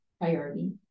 priority